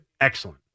Excellent